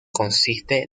consiste